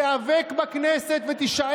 סגן